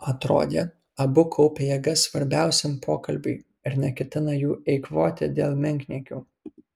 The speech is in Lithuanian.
atrodė abu kaupia jėgas svarbiausiam pokalbiui ir neketina jų eikvoti dėl menkniekių